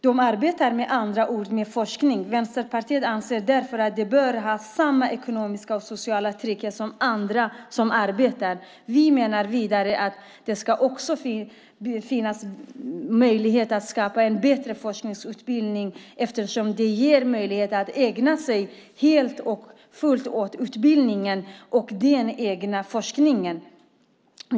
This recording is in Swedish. De arbetar med andra ord med forskning. Vänsterpartiet anser därför att de bör ha samma ekonomiska och sociala trygghet som andra som arbetar. Vi menar vidare att det också ska finnas möjlighet att skapa en bättre forskarutbildning eftersom det ger möjlighet att ägna sig helt och fullt åt utbildningen och den egna forskningen.